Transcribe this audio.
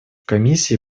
комиссии